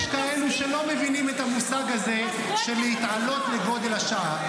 יש כאלה שלא מבינים את המושג הזה של להתעלות לגודל השעה.